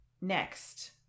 next